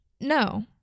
No